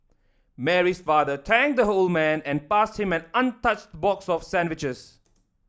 Mary's father thanked the old man and passed him an untouched box of sandwiches